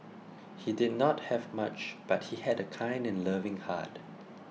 he did not have much but he had a kind and loving heart